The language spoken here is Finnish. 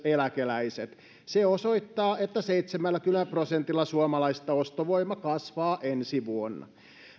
eläkeläiset se osoittaa että seitsemälläkymmenellä prosentilla suomalaisista ostovoima kasvaa ensi vuonna